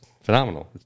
phenomenal